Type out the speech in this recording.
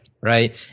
right